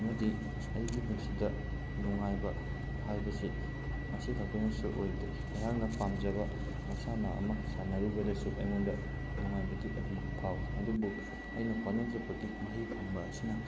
ꯑꯃꯗꯤ ꯑꯩꯒꯤ ꯄꯨꯟꯁꯤꯗ ꯅꯨꯡꯉꯥꯏꯕ ꯍꯥꯏꯕꯁꯤ ꯃꯁꯤ ꯈꯛꯇꯅꯁꯨ ꯑꯣꯏꯗ꯭ꯔꯤ ꯑꯩꯍꯥꯛꯅ ꯄꯥꯝꯖꯕ ꯃꯁꯥꯟꯅ ꯑꯃ ꯁꯥꯟꯅꯔꯨꯕꯗꯁꯨ ꯑꯩꯉꯣꯟꯗ ꯅꯨꯡꯉꯥꯏꯕꯗꯤ ꯑꯗꯨꯝꯃꯛ ꯐꯥꯎꯋꯤ ꯑꯗꯨꯕꯨ ꯑꯩꯅ ꯍꯣꯠꯅꯖꯕꯒꯤ ꯃꯍꯩ ꯐꯪꯕ ꯑꯁꯤꯅ